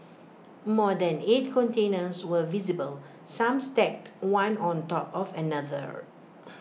more than eight containers were visible some stacked one on top of another